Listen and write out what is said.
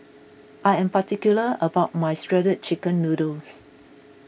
I am particular about my Shredded Chicken Noodles